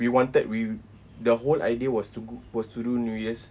we wanted we the whole idea was to was to do new year's